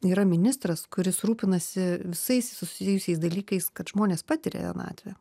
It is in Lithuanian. yra ministras kuris rūpinasi visais susijusiais dalykais kad žmonės patiria vienatvę